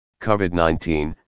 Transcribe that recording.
COVID-19